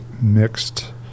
mixed